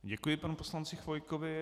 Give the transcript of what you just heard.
Děkuji panu poslanci Chvojkovi.